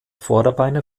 vorderbeine